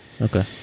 Okay